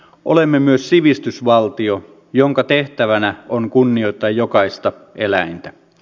olemme myös sivistysvaltio jonka tehtävänä on kunnioittaa jokaista eläintä